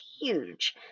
huge